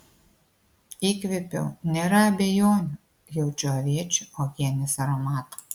įkvėpiau nėra abejonių jaučiu aviečių uogienės aromatą